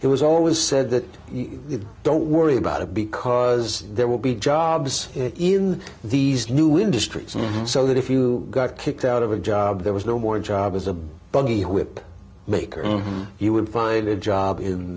it was always said that you don't worry about it because there will be jobs in these new industries so that if you got kicked out of a job there was no more a job as a buggy whip makers you would find a job in